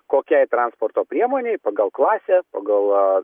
kokiai transporto priemonei pagal klasę pagal